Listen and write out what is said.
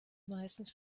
meistens